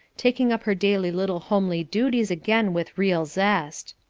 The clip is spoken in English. taking up her daily little homely duties again with real zest.